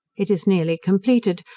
it is nearly completed,